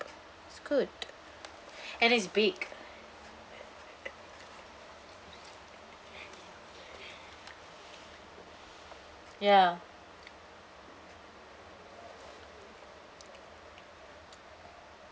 it's good and it's big ya